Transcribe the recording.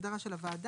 הגדרה של הוועדה.